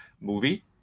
movie